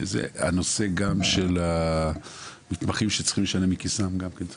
הנושא גם של המתמחים שצריכים לשלם מכיסם גם כן.